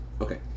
Okay